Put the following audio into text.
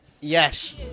Yes